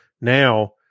Now